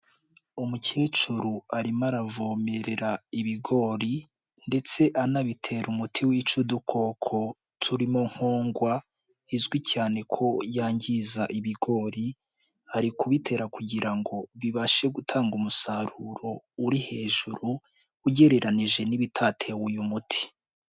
Umukecuru arimo aravomerera ibigori ndetse anabitera umuti wica udukoko turimo nkongwa izwi cyane ko yangiza ibigori, ari kubitera kugira ngo bibashe gutanga umusaruro uri hejuru ugereranije n'ibitatewe uyu muti.